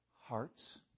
hearts